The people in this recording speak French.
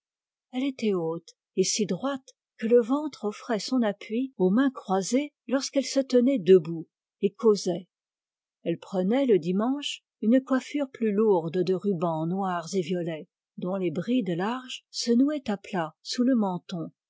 elle était haute et si droite que le ventre offrait son appui aux mains croisées lorsqu'elle se tenait debout et causait elle prenait le dimanche une coiffure plus lourde de rubans noirs et violets dont les brides larges se nouaient à plat sous le menton